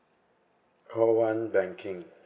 call one banking